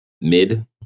mid